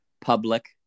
public